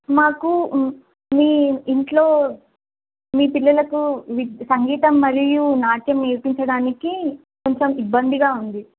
మాకు మీ ఇంట్లో మీ పిల్లలకు వి సంగీతం మరియు నాట్యం నేర్పించడానికి కొంచెం ఇబ్బందిగా ఉంది